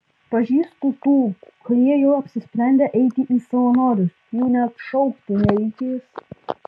pažįstu tų kurie jau apsisprendę eiti į savanorius jų net šaukti nereikės